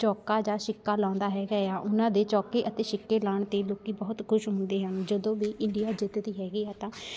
ਚੌਕਾ ਜਾਂ ਛਿੱਕਾ ਲਾਉਂਦਾ ਹੈਗਾ ਆ ਉਹਨਾਂ ਦੇ ਚੌਕੇ ਅਤੇ ਛਿੱਕੇ ਲਾਉਣ 'ਤੇ ਲੋਕ ਬਹੁਤ ਖੁਸ਼ ਹੁੰਦੇ ਹਨ ਜਦੋਂ ਵੀ ਇੰਡੀਆ ਜਿੱਤਦੀ ਹੈਗੀ ਹੈ ਤਾਂ